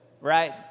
right